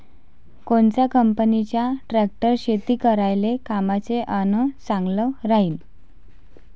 कोनच्या कंपनीचा ट्रॅक्टर शेती करायले कामाचे अन चांगला राहीनं?